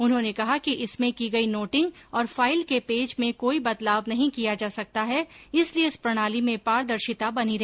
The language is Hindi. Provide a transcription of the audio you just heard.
उन्होंने कहा कि इसमें की गई नोटिंग और फाइल के पेज में कोई बदलाव नहीं किया जा सकता है इसलिये इस प्रणाली में पारदर्शिता बनी रहती है